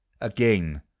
again